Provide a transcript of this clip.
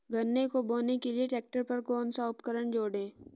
गन्ने को बोने के लिये ट्रैक्टर पर कौन सा उपकरण जोड़ें?